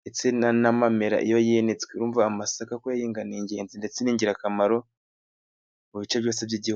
ndetse n'amamera iyo yinitswe. Amasaka kuyahinga ni ingenzi ndetse ni ingirakamaro mu bice byose by'Igihugu.